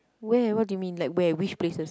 where what do you mean like where which places